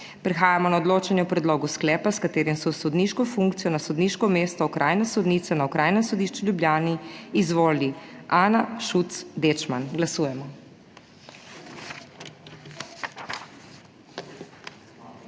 Prehajamo na odločanje o predlogu sklepa, s katerim se v sodniško funkcijo na sodniško mesto okrajne sodnice na Okrajnem sodišču v Ljubljani izvoli Adrijana Severinski. Glasujemo.